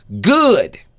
Good